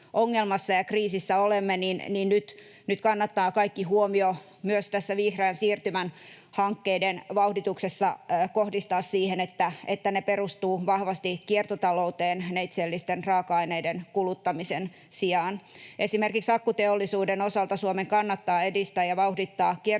ongelmassa ja kriisissä olemme, niin nyt kannattaa kaikki huomio myös tässä vihreän siirtymän hankkeiden vauhdituksessa kohdistaa siihen, että ne perustuvat vahvasti kiertotalouteen neitseellisten raaka-aineiden kuluttamisen sijaan. Esimerkiksi akkuteollisuuden osalta Suomen kannattaa edistää ja vauhdittaa kiertotalouden